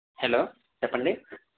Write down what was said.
hello చెప్పండి